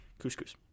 couscous